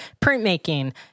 printmaking